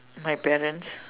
my parents